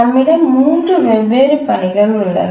நம்மிடம் மூன்று வெவ்வேறு பணிகள் உள்ளன